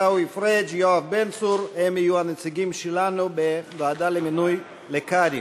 עיסאווי פריג' ויואב בן צור יהיו הנציגים שלנו בוועדה למינוי קאדים.